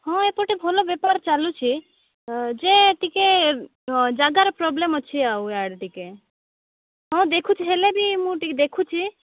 ହଁ ଏପଟେ ଭଲ ବେପାର ଚାଲୁଛି ଯେ ଟିକେ ଯାଗାରେ ପ୍ରୋବ୍ଲେମ୍ ଅଛି ଆଉ ଇଆଡ଼େ ଟିକେ ହଁ ଦେଖୁଛି ହେଲେ ବି ମୁଁ ଟିକେ ଦେଖୁଛି